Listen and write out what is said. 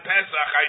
Pesach